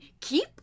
keep